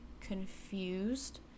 confused